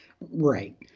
Right